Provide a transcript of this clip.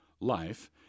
life